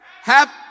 Happy